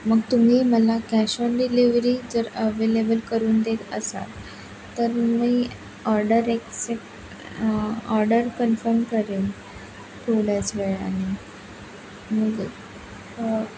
मग तुम्ही मला कॅश ऑन डिलिवरी जर अव्हॅलेबल करून देत असाल तर मी ऑर्डर एक्सेप्ट ऑर्डर कन्फर्म करेन थोड्याच वेळाने